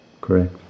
Correct